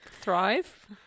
Thrive